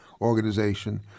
organization